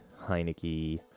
Heineke